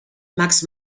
max